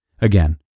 Again